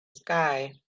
sky